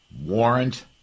warrant